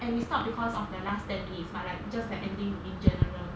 and we stopped because of the last ten minutes but like just that ending in general